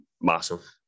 massive